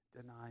deny